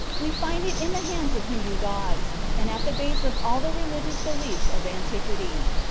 we find it in the hands of hindoo gods, and at the base of all the religious beliefs of antiquity.